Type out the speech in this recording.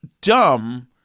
dumb